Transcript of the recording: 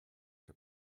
der